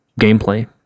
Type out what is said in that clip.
gameplay